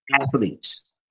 athletes